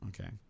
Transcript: Okay